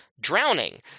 Drowning